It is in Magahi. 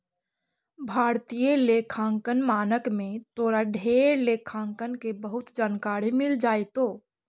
भारतीय लेखांकन मानक में तोरा ढेर लेखांकन के बहुत जानकारी मिल जाएतो